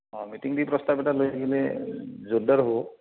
অঁ মিটিং দি প্ৰস্তাৱ এটা লৈ আহিলে জোৰদাৰ হ'ব